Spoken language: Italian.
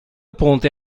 ponte